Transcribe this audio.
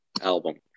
album